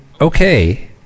okay